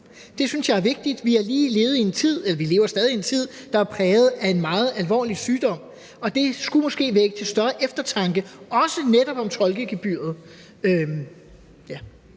levet i en tid – ja, vi lever stadig i en tid – der er præget af en meget alvorlig sygdom. Det skulle måske vække større eftertanke også netop om tolkegebyret.